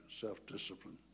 self-discipline